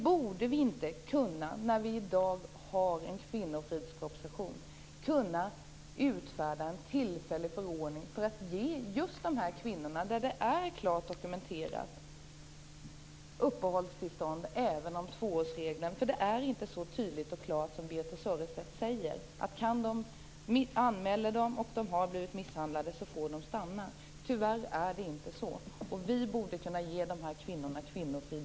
Borde vi inte i dag, när vi har en kvinnofridsproposition, kunna utfärda en tillfällig förordning för att ge just de kvinnor för vilka det finns en klar dokumentering uppehållstillstånd, trots tvåårsregeln? Detta är inte så tydligt och klart som Birthe Sörestedt säger, nämligen att kvinnor som har blivit misshandlade och som gör en anmälan får stanna. Det är, tyvärr, inte så. Vi borde kunna ge också de här kvinnorna kvinnofrid.